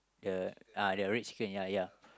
the ah the red chicken ya ya